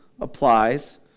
applies